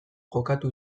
jokatu